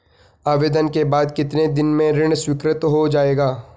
आवेदन के बाद कितने दिन में ऋण स्वीकृत हो जाएगा?